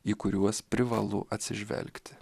į kuriuos privalu atsižvelgti